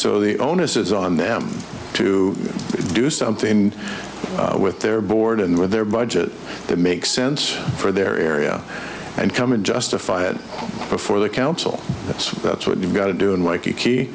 so the onus is on them to do something with their board and with their budget that makes sense for their area and come and justify it before the council so that's what you've got to do in waikiki